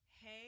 hey